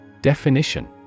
Definition